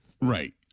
right